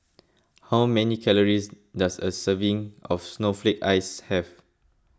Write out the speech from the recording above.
how many calories does a serving of Snowflake Ice have